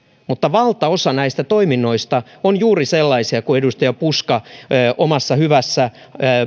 mutta valtaosa näistä toiminnoista on juuri sellaisia kuin edustaja puska omassa hyvässä